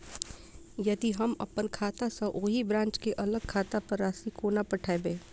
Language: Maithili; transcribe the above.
यदि हम अप्पन खाता सँ ओही ब्रांच केँ अलग खाता पर राशि कोना पठेबै?